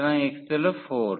সুতরাং x হল 4